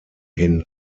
hin